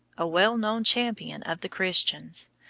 a well-known champion of the christians,